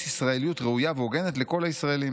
ישראליות ראויה והוגנת לכל הישראלים.